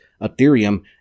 Ethereum